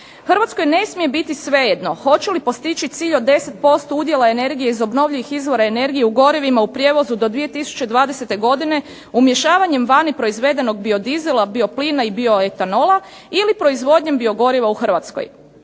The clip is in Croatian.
Hrvatskoj ne smije biti svejedno hoće li postići cilj od 10% udjela energije iz obnovljivih izvora energije u gorivima u prijevozu do 2020. godine umjeravanjem vani proizvedenog biodizela, bioplina i bioetanola ili proizvodnjom biogoriva u Hrvatskoj.